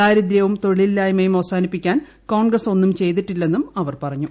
ദാരിദ്ര്യവും തൊഴി ലില്ലായ്മയും അവസാനിപ്പിക്കാന്റ് കോൺഗ്രസ്സ് ഒന്നും ചെയ്തിട്ടി ല്ലെന്നും അവർ പറഞ്ഞു